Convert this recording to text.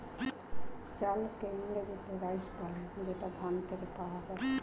চালকে ইংরেজিতে রাইস বলে যেটা ধান থেকে পাওয়া যায়